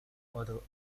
author